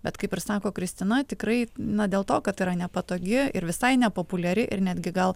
bet kaip ir sako kristina tikrai na dėl to kad tai yra nepatogi ir visai nepopuliari ir netgi gal